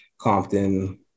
Compton